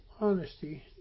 honesty